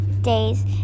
days